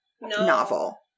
novel